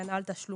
הגנה על תשלומים,